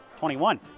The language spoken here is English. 21